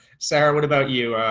sarah what about you?